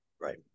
Right